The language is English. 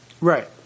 right